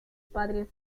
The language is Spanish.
padres